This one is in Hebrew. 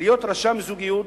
להיות רשם זוגיות,